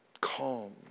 calm